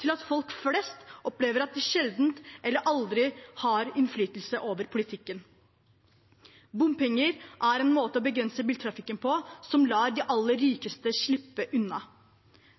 til at folk flest opplever at de sjelden eller aldri har innflytelse over politikken. Bompenger er en måte å begrense biltrafikken på som lar de aller rikeste slippe unna.